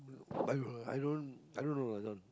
i don't know i don't know i don't